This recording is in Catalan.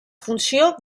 funció